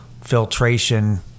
filtration